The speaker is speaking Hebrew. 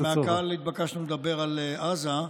כן, מהקהל התבקשנו לדבר על עזה.